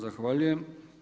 Zahvaljujem.